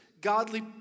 godly